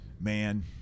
man